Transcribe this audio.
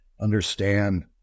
understand